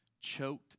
choked